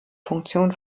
funktion